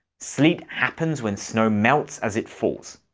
sleet happens when snow melts as it falls.